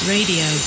Radio